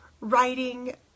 writing